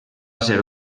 ser